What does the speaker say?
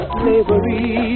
slavery